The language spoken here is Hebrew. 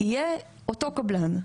יהיה אותו קבלן.